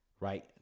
right